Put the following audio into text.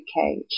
Cage